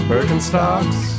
Birkenstocks